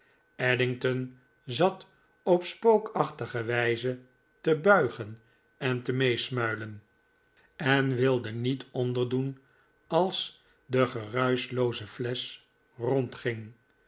addington zat op spookachtige wijze te buigen en te meesmuilen en wilde niet onderdoen als de geruischlooze flesch rondging